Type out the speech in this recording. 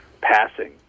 passing